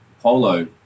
polo